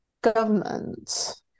government